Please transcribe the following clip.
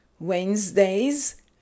Wednesdays